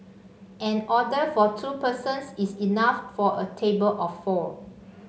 an order for two persons is enough for a table of four